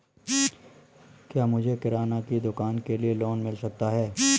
क्या मुझे किराना की दुकान के लिए लोंन मिल सकता है?